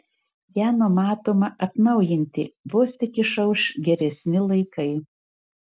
ją numatoma atnaujinti vos tik išauš geresni laikai